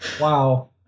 Wow